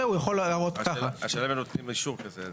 הוא יכול --- השאלה --- אישור שכזה.